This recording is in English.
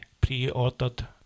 pre-ordered